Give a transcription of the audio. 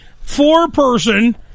four-person